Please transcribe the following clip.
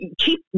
keep